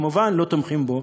שכמובן אנחנו לא תומכים בו.